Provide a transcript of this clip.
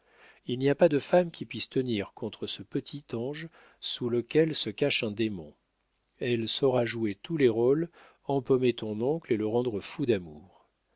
il n'y a pas de femme qui puisse tenir contre ce petit ange sous lequel se cache un démon elle saura jouer tous les rôles empaumer ton oncle et le rendre fou d'amour